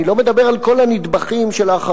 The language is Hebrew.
אני לא מדבר על כל הנדבכים שאחריו,